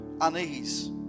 unease